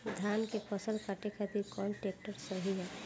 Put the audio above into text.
धान के फसल काटे खातिर कौन ट्रैक्टर सही ह?